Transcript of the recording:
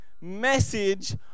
message